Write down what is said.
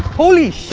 holy sh